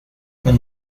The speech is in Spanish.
con